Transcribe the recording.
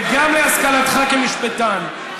וגם להשכלתך כמשפטן.